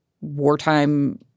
wartime